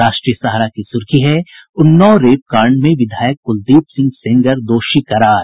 राष्ट्रीय सहारा की सुर्खी है उन्नाव रेप कांड में विधायक कुलदीप सिंह सेंगर दोषी करार